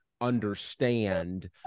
understand